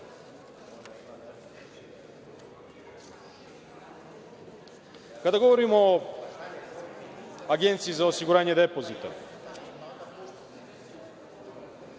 delu? Kada govorimo o Agenciji za osiguranje depozita,